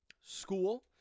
school